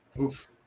Oof